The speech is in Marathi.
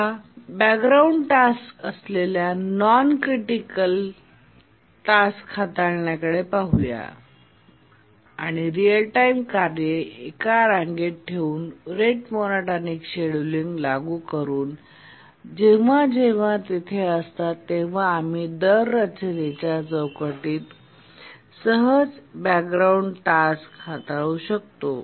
चला बॅकग्राऊंड टास्क असलेल्या नॉन क्रिटिकल टास्क हाताळण्याकडे पाहूया आणि रिअल टाइम कार्ये एका रांगेत ठेवून आणि रेट मोनोटॉनिक शेड्यूलिंग लागू करून आणि जेव्हा जेव्हा तेथे असतात तेव्हा आम्ही दर रचनेच्या चौकटीत सहज बॅकग्राऊंड टास्क हाताळू शकतो